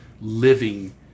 living